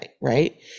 right